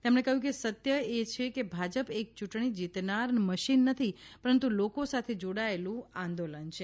તેમણે કહ્યું કે સત્ય એ છે કે ભાજપ એક યુંટણી જીતનાર મશીન નથી પરંતુ લોકો સાથે જોડાયેલું આંદોલન છે